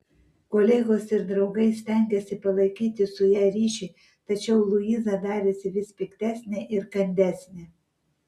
kolegos ir draugai stengėsi palaikyti su ja ryšį tačiau luiza darėsi vis piktesnė ir kandesnė